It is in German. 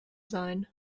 sein